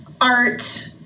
art